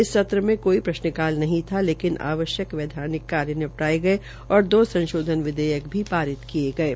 इस सत्र में काई प्रश्न काल नहीं था लेकिन आवश्यक वैद्यानिक कार्यनिपटाये गये और द संसाधन भी पारित किये गये